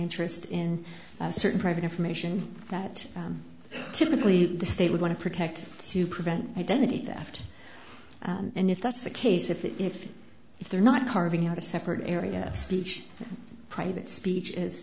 interest in certain private information that typically the state would want to protect to prevent identity theft and if that's the case if if if if they're not carving out a separate area speech private speech is